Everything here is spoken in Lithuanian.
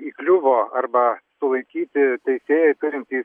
įkliuvo arba sulaikyti teisėjai turintys